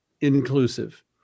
inclusive